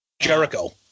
Jericho